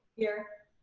here.